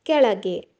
ಕೆಳಗೆ